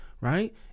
right